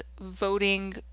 voting